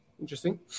interesting